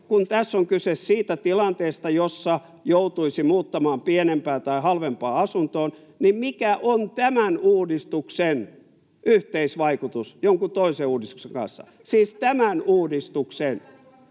kun tässä on kyse siitä tilanteesta, jossa joutuisi muuttamaan pienempään tai halvempaan asuntoon, niin mikä on tämän uudistuksen yhteisvaikutus jonkun toisen uudistuksen kanssa, siis tämän uudistuksen?